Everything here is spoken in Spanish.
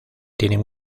tienen